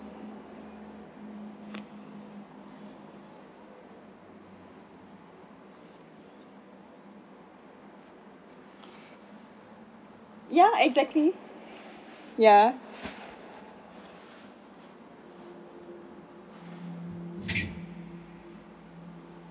ya exactly ya